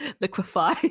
liquefy